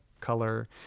color